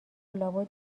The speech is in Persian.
لابد